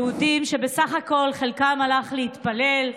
יהודים שבסך הכול חלקם הלך להתפלל,